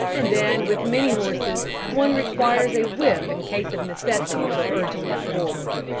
and then with many horses one requires a whip in case of necessity for urging them forward.